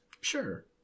Sure